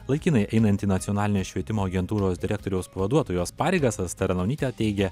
laikinai einanti nacionalinės švietimo agentūros direktoriaus pavaduotojos pareigas asta ranonytė teigė